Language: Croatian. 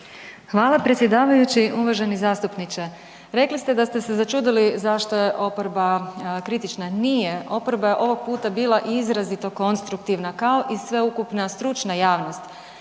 Hvala predsjedavajući. Uvaženi zastupniče rekli ste da ste se začudili zašto je oporba kritična, nije, oporba je ovog puta bila izrazito konstruktivna kao i sveukupna stručna javnost.